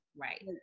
Right